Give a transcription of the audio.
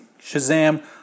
Shazam